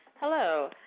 Hello